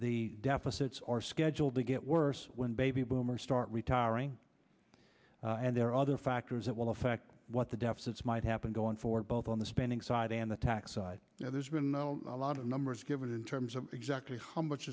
the deficits are scheduled to get worse when baby boomers start retiring and there are other factors that will affect what the deficits might happen going forward both on the spending side and the tax side you know there's been a lot of numbers given in terms of exactly how much